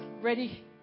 ready